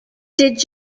did